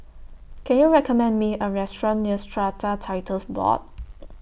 Can YOU recommend Me A Restaurant near Strata Titles Board